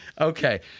Okay